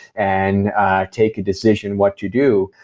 and take a decision what to do.